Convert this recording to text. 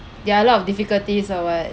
there are a lot of difficulties or what